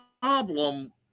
problem